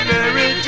Mary